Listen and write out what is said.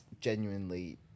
genuinely